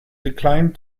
declined